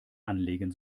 anlegen